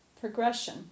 progression